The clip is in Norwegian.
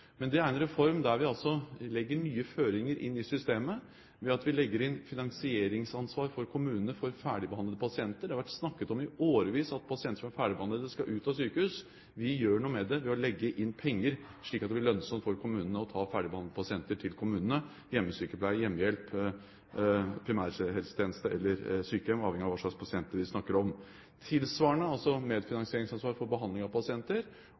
Men det er en reform der vi legger nye føringer inn i systemet, ved at vi legger inn finansieringsansvar for kommunene for ferdigbehandlede pasienter. Det har i årevis vært snakket om at pasienter som er ferdigbehandlet, skal ut av sykehus. Vi gjør noe med det ved å legge inn penger, slik at det blir lønnsomt for kommunene å ta ferdigbehandlede pasienter til kommunene, til hjemmesykepleie, hjemmehjelp, primærhelsetjeneste eller sykehjem, avhengig av hva slags pasienter vi snakker om, tilsvarende medfinansieringsansvar for behandling av pasienter,